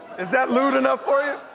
is that lewd enough for you?